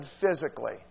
physically